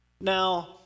Now